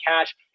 cash